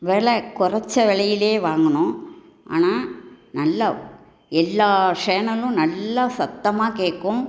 விலை குறைச்ச விலையில் வாங்குனோம் ஆனால் நல்லா எல்லா சேனலும் நல்ல சத்தமா கேட்கும்